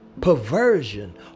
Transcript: perversion